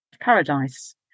paradise